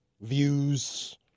views